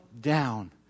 down